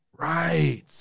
Right